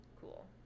cool